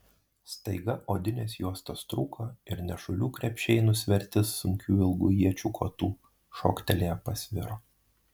staiga odinės juostos trūko ir nešulių krepšiai nusverti sunkių ilgų iečių kotų šoktelėję pasviro